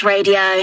Radio